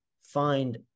find